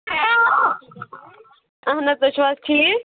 اَہن حظ تُہۍ چھُو حظ ٹھیٖک